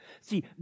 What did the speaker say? See